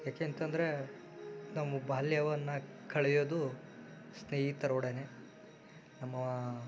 ಏಕೆ ಅಂತಂದರೆ ನಾವು ಬಾಲ್ಯವನ್ನು ಕಳೆಯೋದು ಸ್ನೇಹಿತರೊಡನೆ ನಮ್ಮ